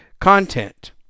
content